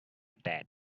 that